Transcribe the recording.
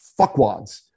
fuckwads